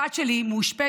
הבת שלי מאושפזת